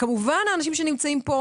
כמובן האנשים שנמצאים כאן,